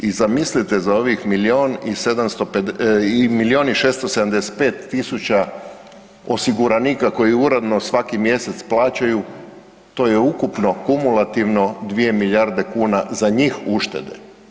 I zamislite za ovih milijun i 675000 osiguranika koji uredno svaki mjesec plaćaju to je ukupno kumulativno 2 milijarde kuna za njih uštede.